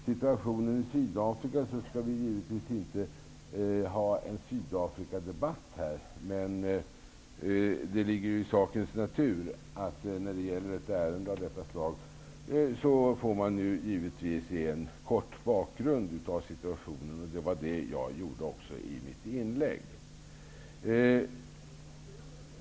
Vi skall inte ha en Sydafrikadebatt nu, men det ligger i sakens natur att man i ett ärende av detta slag givetvis får ge en kort bakgrund till situationen, och det var det jag gjorde.